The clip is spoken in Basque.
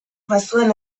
bazuen